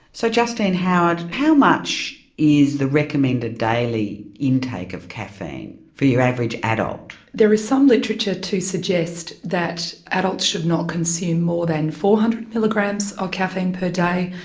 so justine howard, how much is the recommended daily intake of caffeine for your average adult? there is some literature to suggest that adults should not consume more than four hundred milligrams of ah caffeine per day.